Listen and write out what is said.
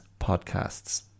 podcasts